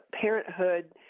Parenthood